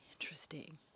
Interesting